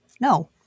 No